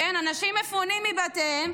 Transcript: אנשים מפונים מבתיהם,